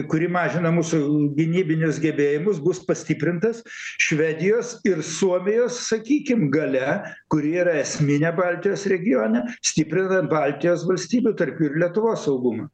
kuri mažina mūsų gynybinius gebėjimus bus pastiprintas švedijos ir suomijos sakykim galia kuri yra esminė baltijos regione stiprinant baltijos valstybių tarp jų ir lietuvos saugumą